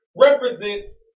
represents